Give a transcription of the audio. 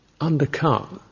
undercut